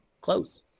close